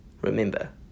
Remember